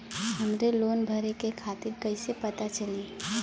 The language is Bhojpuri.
हमरे लोन भरे के तारीख कईसे पता चली?